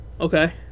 Okay